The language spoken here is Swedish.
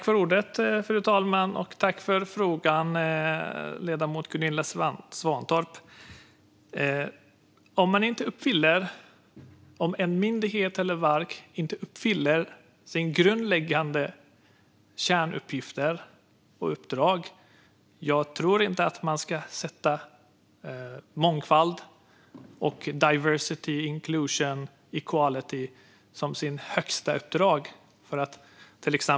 Fru talman! Jag tackar ledamoten Gunilla Svantorp för frågan. Om en myndighet eller ett verk inte uppfyller sina grundläggande kärnuppgifter och uppdrag tror jag inte att man ska sätta mångfald, inkludering och jämlikhet som sitt främsta uppdrag.